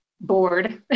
bored